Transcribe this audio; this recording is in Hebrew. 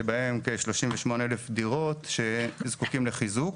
שבהם כ-38,000 דירות שזקוקים לחיזוק.